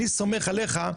אני סומך עליך,